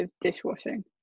dishwashing